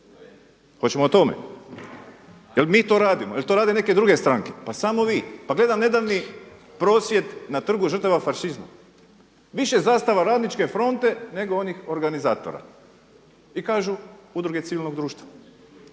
Hoćemo o tome? Je li mi to radimo, je li to rade neke druge stranke? Pa samo vi. Pa gledam nedavni prosvjed na Trgu žrtava fašizma, više zastava radničke fronte nego onih organizatora i kažu udruge civilnog društva.